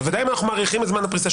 בוודאי אם אנחנו מאריכים את זמן הפריסה,